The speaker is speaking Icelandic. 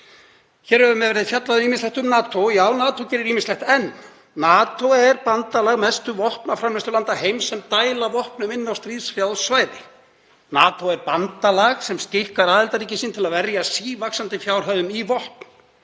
Hér hefur verið fjallað um ýmislegt um NATO. Já, NATO gerir ýmislegt. NATO er bandalag mestu vopnaframleiðslulanda heims sem dæla vopnum inn á stríðshrjáð svæði. NATO er bandalag sem skikkar aðildarríki sín til að verja sívaxandi fjárhæðum í vopn.